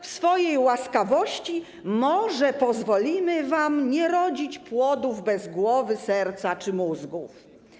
w swojej łaskawości może pozwolimy wam nie rodzić płodów bez głowy, serca czy mózgu.